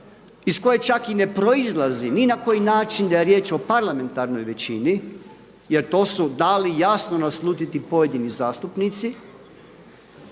iz koje čak i ne proizlazi ni na koji način da je riječ o parlamentarnoj većini jer to su dali jasno naslutiti pojedini zastupnici.